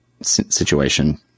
situation